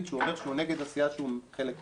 שהוא אומר שהוא נגד הסיעה שהוא חלק ממנה.